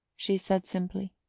she said simply.